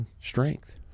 strength